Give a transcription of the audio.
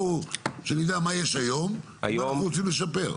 שנדע מה יש היום ומה אנחנו רוצים לשפר.